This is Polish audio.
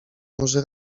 może